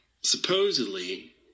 supposedly